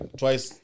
twice